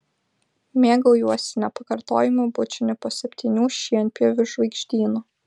mėgaujuosi nepakartojamu bučiniu po septynių šienpjovių žvaigždynu